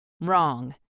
Wrong